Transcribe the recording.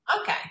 Okay